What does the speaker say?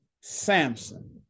Samson